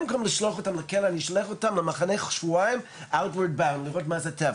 במקום לשלוח אותם אני שולח אותם למחנה שבועיים לראות מה זה טבע,